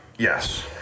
Yes